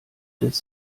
des